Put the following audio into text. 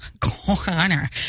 Corner